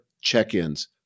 check-ins